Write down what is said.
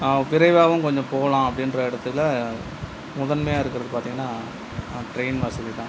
விரைவாகவும் கொஞ்ச போகலாம் அப்படின்ற இடத்துல முதன்மையாக இருக்கிறது பார்த்திங்கன்னா ட்ரெயின் வசதி தான்